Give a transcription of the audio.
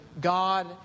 God